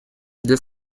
для